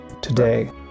Today